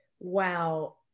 wow